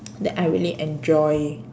that I really enjoy